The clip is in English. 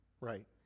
Right